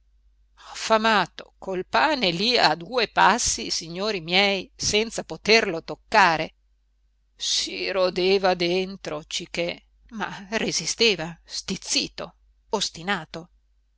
affamato col pane lì a due passi signori miei senza poterlo toccare si rodeva dentro cichè ma resisteva stizzito ostinato